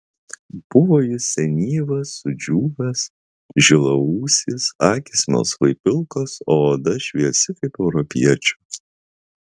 buvo jis senyvas sudžiūvęs žilaūsis akys melsvai pilkos o oda šviesi kaip europiečio